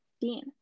Dean